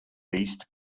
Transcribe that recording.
beast